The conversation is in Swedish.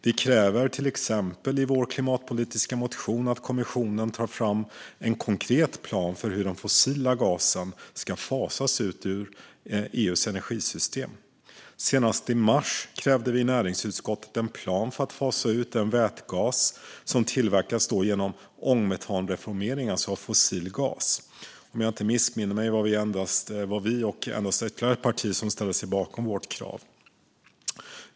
Vi kräver, till exempel i vår klimatpolitiska motion, att kommissionen tar fram en konkret plan för hur den fossila gasen ska fasas ut ur EU:s energisystem. Senast i mars krävde vi i näringsutskottet en plan för att fasa ut den vätgas som tillverkas genom ångmetanreformering av fossil gas. Om jag inte missminner mig var det endast ett annat parti som ställde sig bakom vårt krav.